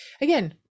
again